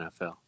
NFL